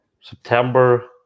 September